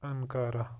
Ankara